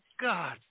God